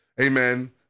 amen